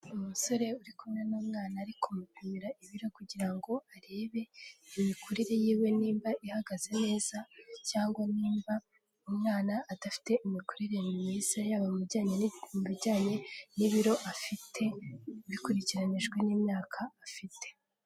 Umusore uri kumwe n'umwana ari kumupimira ibiro kugira ngo arebe imikurire yiwe niba ihagaze neza cyangwa nimba umwana adafite imikurire myiza, yaba mu bijyanye n'ibipimo, mu bijyanye n'ibiro afite, bikurikiranyijwe n'imyaka afite.